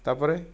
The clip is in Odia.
ତା'ପରେ